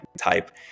type